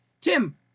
Tim